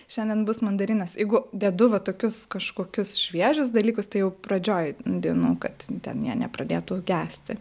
šiandien bus mandarinas jeigu dedu va tokius kažkokius šviežius dalykus tai jau pradžioj dienų kad ten jie nepradėtų gesti